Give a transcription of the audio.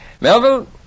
Melville